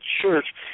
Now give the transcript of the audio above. church